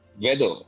weather